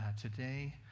today